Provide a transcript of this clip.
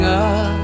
up